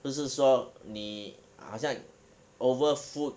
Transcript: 不是说你好像 over food